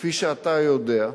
כפי שאתה יודע,